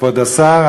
כבוד השר,